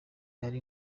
hari